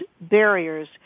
barriers